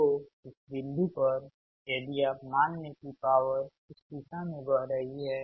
तो इस बिंदु पर यदि आप मान लें कि पॉवर इस दिशा में बह रही है